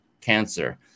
cancer